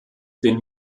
den